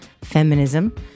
feminism